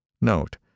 Note